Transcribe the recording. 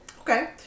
Okay